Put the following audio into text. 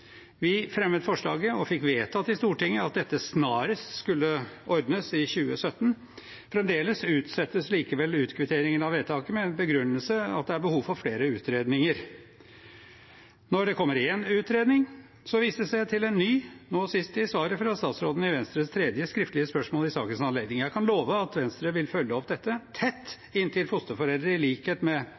Vi fremmet forslaget og fikk vedtatt i Stortinget i 2017 at dette snarest skulle ordnes. Fremdeles utsettes likevel utkvitteringen av vedtaket med begrunnelsen at det er behov for flere utredninger. Når det kommer en utredning, vises det til en ny – nå sist i svaret fra statsråden på Venstres tredje skriftlige spørsmål i sakens anledning. Jeg kan love at Venstre vil følge opp dette tett inntil fosterforeldre i likhet med